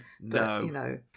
No